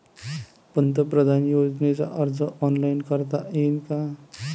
पंतप्रधान योजनेचा अर्ज ऑनलाईन करता येईन का?